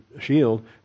Shield